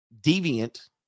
deviant